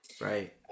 Right